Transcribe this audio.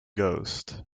ghost